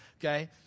okay